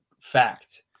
fact